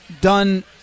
done